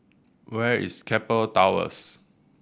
where is Keppel Towers